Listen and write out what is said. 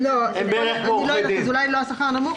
אז אולי לא שכר נמוך,